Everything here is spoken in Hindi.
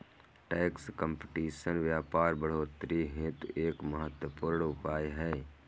टैक्स कंपटीशन व्यापार बढ़ोतरी हेतु एक महत्वपूर्ण उपाय है